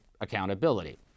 accountability